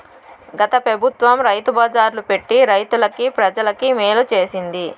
గత పెబుత్వం రైతు బజార్లు పెట్టి రైతులకి, ప్రజలకి మేలు చేసింది